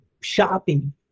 shopping